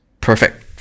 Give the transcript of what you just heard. perfect